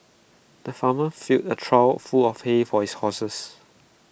the farmer filled A trough full of hay for his horses